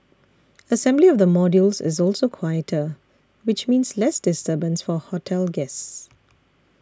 assembly of the modules is also quieter which means less disturbance for hotel guests